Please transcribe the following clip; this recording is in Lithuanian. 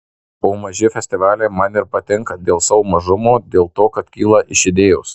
o maži festivaliai man ir patinka dėl savo mažumo dėl to kad kyla iš idėjos